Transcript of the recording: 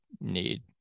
need